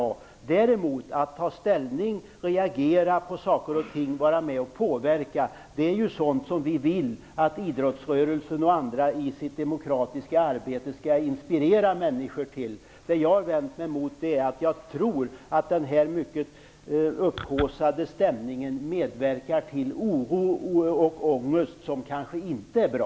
Att däremot ta ställning, reagera på saker och ting, vara med och påverka är sådant som vi vill att idrottsrörelsen och andra i sitt demokratiska arbete skall inspirera människor till. Det jag har vänt mig emot är att jag tror att den här mycket upphaussade stämningen medverkar till oro och ångest som kanske inte är bra.